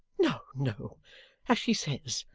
no, no as she says,